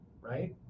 right